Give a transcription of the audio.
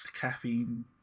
caffeine